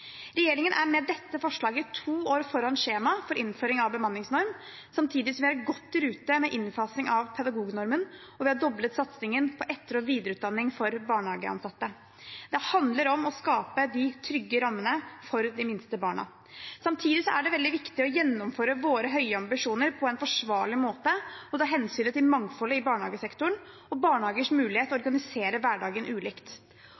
Regjeringen er med dette forslaget to år foran skjema for innføring av bemanningsnorm samtidig som vi er godt i rute med innfasing av pedagognormen, og vi har doblet satsingen på etter- og videreutdanning for barnehageansatte. Det handler om å skape de trygge rammene for de minste barna. Samtidig er det veldig viktig å gjennomføre våre høye ambisjoner på en forsvarlig måte og ta hensyn til mangfoldet i barnehagesektoren og barnehagers mulighet til å organisere hverdagen ulikt.